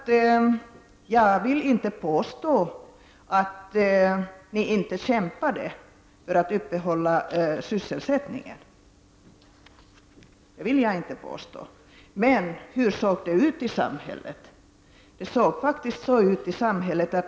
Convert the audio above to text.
Jag vill inte påstå att ni inte kämpade för att upprätthålla sysselsättningen. Men hur såg det då ut i samhället?